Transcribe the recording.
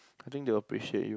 I think they will appreciate you